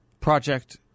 project